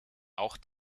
auch